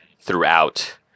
throughout